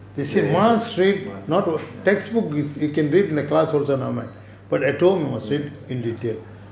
must read